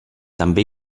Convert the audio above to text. també